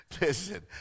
Listen